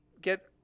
Get